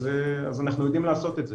אז אנחנו יודעים לעשות את זה,